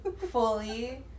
fully